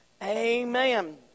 Amen